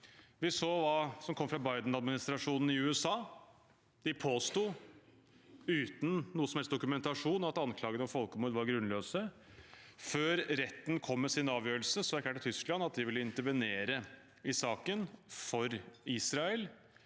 Vi så hva som kom fra Biden-administrasjonen i USA – de påsto uten noe som helst dokumentasjon at anklagene om folkemord var grunnløse. Før retten kom med sin avgjørelse, erklærte Tyskland at de ville intervenere i saken for Israel.